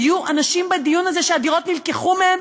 היו אנשים בדיון הזה שהדירות נלקחו מהם